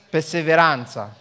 Perseveranza